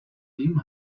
tim